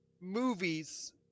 movies –